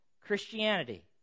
Christianity